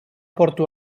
porto